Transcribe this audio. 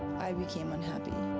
i became unhappy.